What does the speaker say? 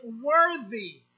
worthy